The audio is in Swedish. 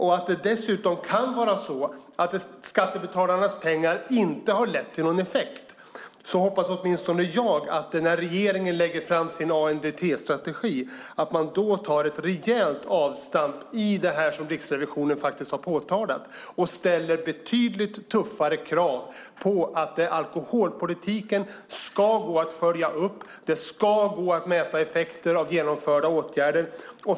Är det så att skattebetalarnas pengar inte har gett effekt hoppas åtminstone jag att regeringens nya ANDT-strategi tar ett rejält avstamp i det som Riksrevisionen har påtalat och ställer betydligt tuffare krav på att alkoholpolitiken ska gå att följa upp och att det ska gå att mäta effekter av genomförda åtgärder.